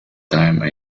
time